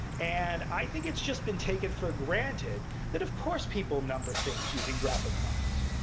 and i think it's just been taken for granted that of course, people number things using graphic marks.